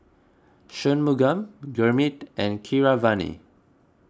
Shunmugam Gurmeet and Keeravani